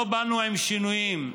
לא באנו עם שינויים,